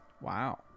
Wow